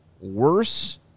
worse